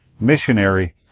missionary